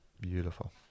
Beautiful